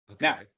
Now